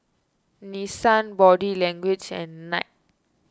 Nissan Body Language and Knight